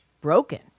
broken